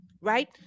right